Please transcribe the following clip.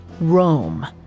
Rome